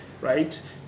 right